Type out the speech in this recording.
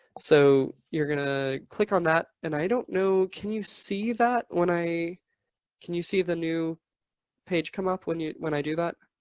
so you're gonna click on that and i don't know. can you see that when i can you see the new page come up when you, when i do that.